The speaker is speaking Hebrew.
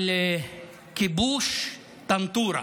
על כיבוש טנטורה.